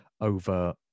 over